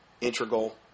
integral